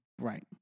Right